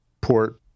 port